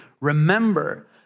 remember